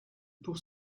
pour